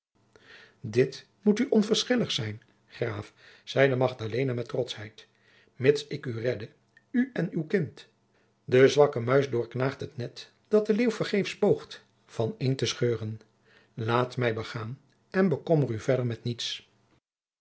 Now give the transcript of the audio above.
dit moet u onverschillig zijn graaf zeide magdalena met trotschheid mits ik u redde u en uw kind de zwakke muis doorknaagt het net dat de leeuw vergeefs poogt van een te scheuren laat mij begaan en bekommer u verder met niets